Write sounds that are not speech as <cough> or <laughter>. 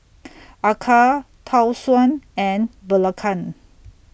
<noise> Acar Tau Suan and Belacan